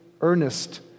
earnest